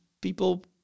people